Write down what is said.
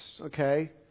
Okay